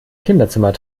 kinderzimmer